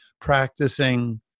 practicing